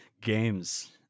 games